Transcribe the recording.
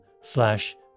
slash